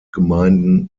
gemeinden